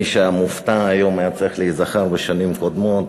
מי שהיה מופתע היום היה צריך להיזכר בשנים קודמות